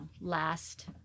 last